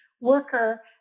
worker